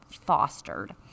fostered